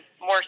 more